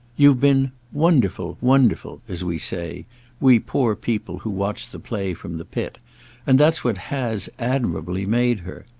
you've been wonderful, wonderful as we say we poor people who watch the play from the pit and that's what has, admirably, made her.